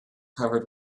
covered